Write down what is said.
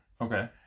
Okay